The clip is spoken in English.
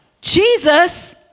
Jesus